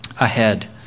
ahead